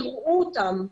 יראו אותם,